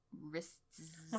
wrists